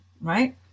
right